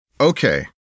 Okay